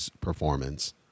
performance